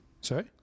Sorry